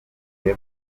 inda